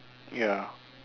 ya